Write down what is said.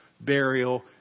burial